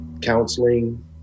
counseling